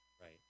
Right